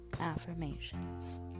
affirmations